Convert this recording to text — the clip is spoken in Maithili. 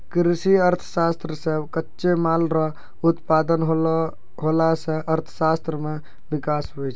कृषि अर्थशास्त्र से कच्चे माल रो उत्पादन होला से अर्थशास्त्र मे विकास हुवै छै